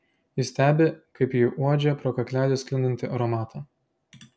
jis stebi kaip ji uodžia pro kaklelį sklindantį aromatą